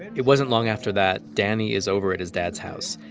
it wasn't long after that danny is over at his dad's house.